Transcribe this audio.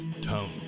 Tone